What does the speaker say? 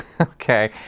okay